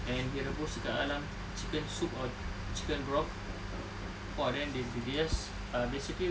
and dia rebus kat dalam the chicken soup the chicken broth !wah! then they they just ah basically